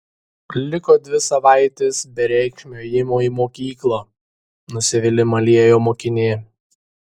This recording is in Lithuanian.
liko dvi savaitės bereikšmio ėjimo į mokyklą nusivylimą liejo mokinė